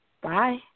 Bye